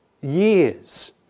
years